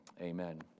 Amen